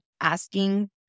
asking